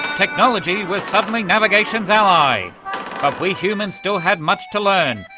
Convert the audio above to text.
technology was suddenly navigation's ally. but we humans still had much to learn,